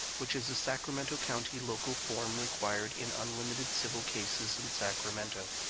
which is a sacramento county local form required in unlimited civil cases in sacramento.